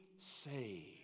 saved